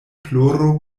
ploro